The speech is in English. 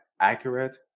accurate